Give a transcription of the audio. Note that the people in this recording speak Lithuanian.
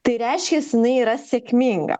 tai reiškias jinai yra sėkminga